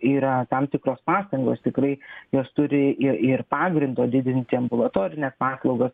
yra tam tikros pastangos tikrai jos turi ir ir pagrindo didinti ambulatorines paslaugas